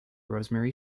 rosemary